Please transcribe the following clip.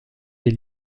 des